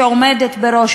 שעומדת בראש